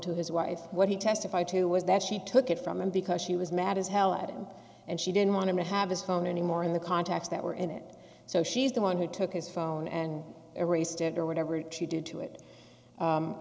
to his wife what he testified to was that she took it from him because she was mad as hell at him and she didn't want to have his phone anymore in the contacts that were in it so she's the one who took his phone and erased it or whatever to do to it